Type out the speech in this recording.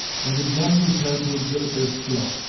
and again prepared to exhibit their skill.